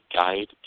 guide